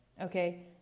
Okay